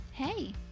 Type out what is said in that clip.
Hey